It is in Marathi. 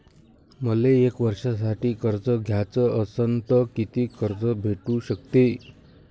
मले एक वर्षासाठी कर्ज घ्याचं असनं त कितीक कर्ज भेटू शकते?